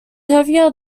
heavier